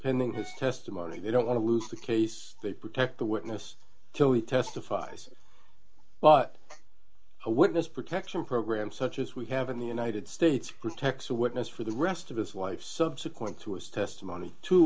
pending his testimony they don't want to lose the case they protect the witness so he testifies but a witness protection program such as we have in the united states protects a witness for the rest of his life subsequent to his testimony two